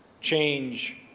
change